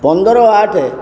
ପନ୍ଦର ଆଠ